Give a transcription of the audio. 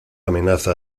amenaza